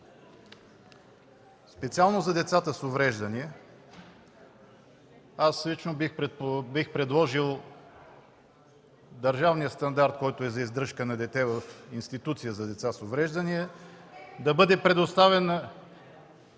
Специално за децата с увреждания аз лично бих предложил държавният стандарт за издръжка на дете в институция за деца с увреждания да бъде предоставен